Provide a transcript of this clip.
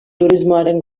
turismoaren